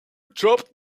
dropped